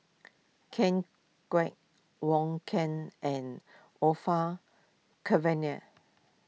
Ken Kwek Wong Keen and Orfeur Cavenagh